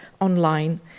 online